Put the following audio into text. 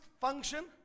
function